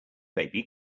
baby